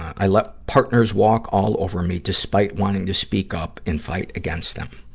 i let partners walk all over me, despite wanting to speak up and fight against them.